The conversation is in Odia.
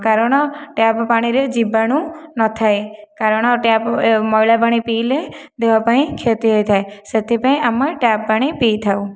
କାରଣ ଟ୍ୟାପ ପାଣିରେ ଜୀବାଣୁ ନଥାଏ କାରଣ ଟ୍ୟାପ ମଇଲା ପାଣି ପିଇଲେ ଦେହ ପାଇଁ କ୍ଷତି ହୋଇଥାଏ ସେଥିପାଇଁ ଆମେ ଟ୍ୟାପ ପାଣି ପିଇଥାଉ